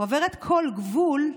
עוברת כל גבול.